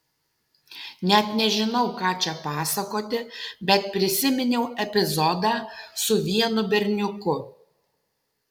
net nežinau ką čia pasakoti bet prisiminiau epizodą su vienu berniuku